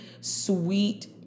sweet